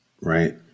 right